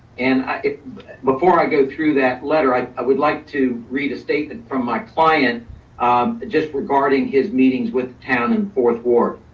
and before i go through that letter, i i would like to read a statement from my client um just regarding his meetings with town in fourth ward.